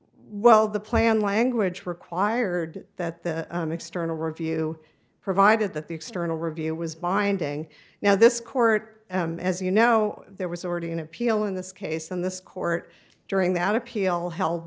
well the plan language required that the external review provided that the external review was binding now this court as you know there was already an appeal in this case and this court during that appeal held